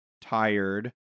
tired